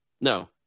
No